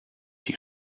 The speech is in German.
die